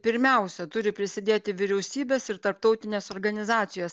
pirmiausia turi prisidėti vyriausybės ir tarptautinės organizacijos